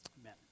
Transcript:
Amen